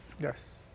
Yes